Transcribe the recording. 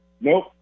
Nope